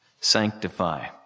sanctify